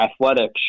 athletic